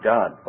God